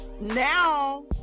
now